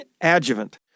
adjuvant